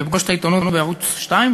ב"פגוש את העיתונות" בערוץ 2,